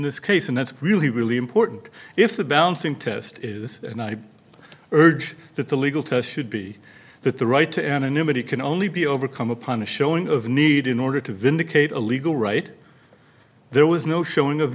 this case and that's really really important if the balancing test is and i urge that the legal terms should be that the right to anonymity can only be overcome upon a showing of need in order to vindicate a legal right there was no showing of